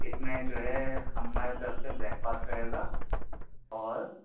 اِس میں جو ہے ہماری طرف سے بریک فاسٹ رہے گا اور